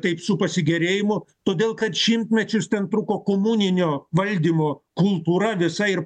taip su pasigėrėjimu todėl kad šimtmečius ten truko komuninio valdymo kultūra visa ir